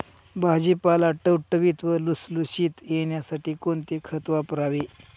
भाजीपाला टवटवीत व लुसलुशीत येण्यासाठी कोणते खत वापरावे?